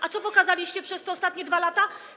A co pokazaliście przez te ostatnie 2 lata?